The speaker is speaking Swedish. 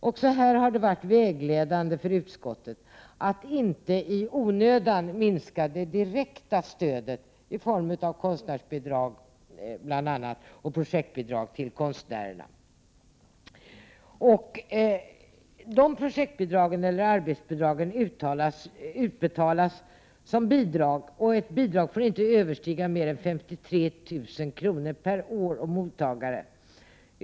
Också här har det varit vägledande för utskottet att inte i onödan minska det direkta stödet till de arbetande konstnärerna, bl.a. i form av konstnärsbidrag och projektbidrag. Projektbidrag och arbetsbidrag utbetalas som Bidrag till konstnärer. Ett bidrag får inte överstiga 53 000 kr. per år och mottagare.